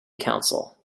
council